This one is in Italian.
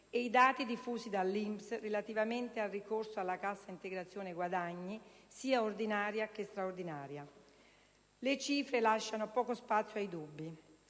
e i dati diffusi dall'INPS relativamente al ricorso alla cassa integrazione guadagni sia ordinaria che straordinaria. Le cifre lasciano poco spazio ai dubbi: